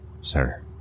sir